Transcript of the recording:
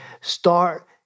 start